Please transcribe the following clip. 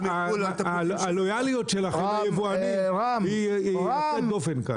הלויאליות שלכם ליבואנים היא יוצאת דופן כאן.